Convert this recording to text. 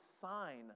sign